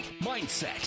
mindset